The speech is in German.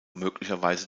möglicherweise